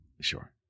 Sure